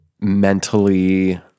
mentally